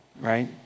right